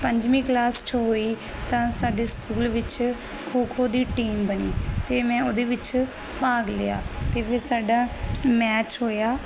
ਪੰਜਵੀਂ ਕਲਾਸ ਚ ਹੋਈ ਤਾਂ ਸਾਡੇ ਸਕੂਲ ਵਿੱਚ ਖੋਖੋ ਦੀ ਟੀਮ ਬਣੀ ਤੇ ਮੈਂ ਉਹਦੇ ਵਿੱਚ ਭਾਗ ਲਿਆ ਤੇ ਫਿਰ ਸਾਡਾ ਮੈਚ ਹੋਇਆ